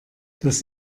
das